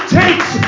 takes